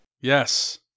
Yes